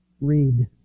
Read